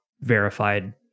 verified